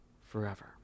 forever